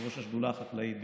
יושב-ראש השדולה החקלאית,